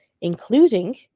including